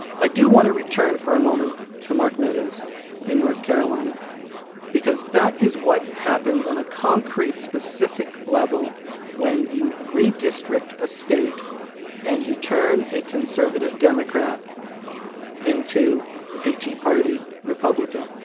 i do want to return for a moment to mark meadows in north carolina because that is what happens on a concrete, specific level when you redistrict a state and you turn a conservative democrat into a tea party republican.